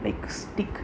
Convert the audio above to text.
big stick